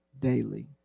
daily